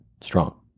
Strong